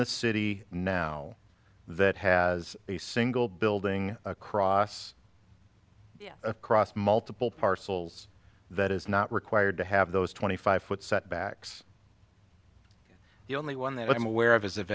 the city now that has a single building across across multiple parcels that is not required to have those twenty five foot setbacks the only one that i'm aware of is